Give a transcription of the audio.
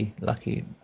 lucky